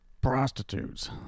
prostitutes